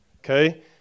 Okay